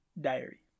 diary